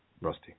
Rusty